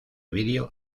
video